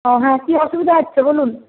ও হ্যাঁ কী অসুবিধা হচ্ছে বলুন